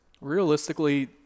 Realistically